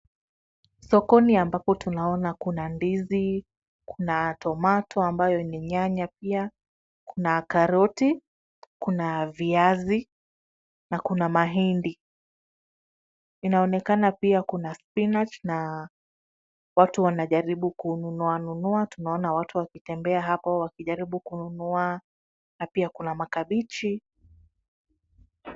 Sokoni ambapo tunaona kuna ndizi, kuna tomato ambayo ni nyanya pia, kuna karoti kuna viazi na kuna mahindi. Inaonekana pia kuna spinach na watu wanajaribu kununua nunua, tunaona pia wakitembea hapo wakijaribu kununua na pia kuna makabichi.